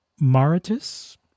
Maritus